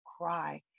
cry